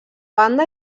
banda